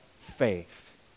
faith